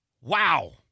Wow